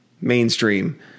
mainstream